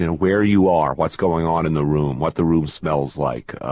where you are, what's going on in the room, what the room smells like,